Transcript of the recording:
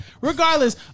Regardless